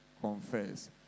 confess